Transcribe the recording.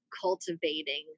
cultivating